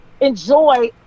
enjoy